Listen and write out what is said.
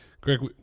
Greg